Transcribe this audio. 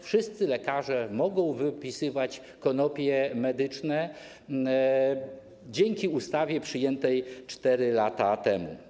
Wszyscy lekarze mogą przepisywać konopie medyczne dzięki ustawie przyjętej 4 lata temu.